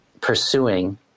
pursuing